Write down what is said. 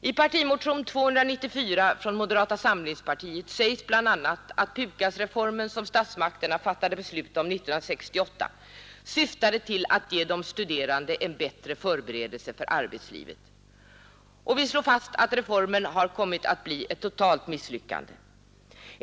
I partimotionen 294 från moderata samlingspartiet sägs bl.a. att PUKAS reformen, som statsmakterna fattade beslut om 1969, syftade till att ge de studerande en bättre förberedelse för arbetslivet. Vi slår fast att reformen har kommit att bli ett totalt misslyckande.